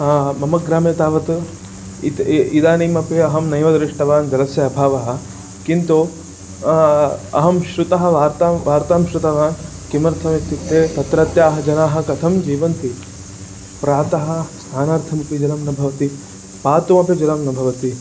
हा मम ग्रामे तावत् इति इ इदानीमपि अहं नैव दृष्टवान् जलस्य अभावः किन्तु अहं शृतः वार्तां वार्तां शृतवान् किमर्थमित्युक्ते तत्रत्याः जनाः कथं जीवन्ति प्रातः स्नानार्थमपि जलं न भवति पातुमपि जलं न भवति